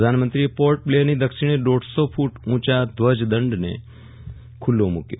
પ્રધાનમંત્રીએ પોર્ટબ્લેરની દક્ષિણે દોઢસો કૃટ ઉચા ધ્વજદંડને ખુલ્લો મૂક્યો